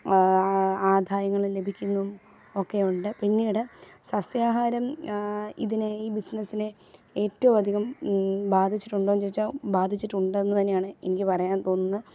ആദായങ്ങളും ലഭിക്കുന്നും ഒക്കെ ഉണ്ട് പിന്നീട് സസ്യാഹാരം ഇതിന് ഈ ബിസിനസിനെ ഏറ്റവും അധികം ബാധിച്ചിട്ടുണ്ടോ എന്ന് ചോദിച്ചാൽ ബാധിച്ചിട്ടുണ്ട് എന്ന് തന്നെയാണ് എനിക്ക് പറയാൻ തോന്നുന്നത്